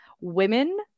women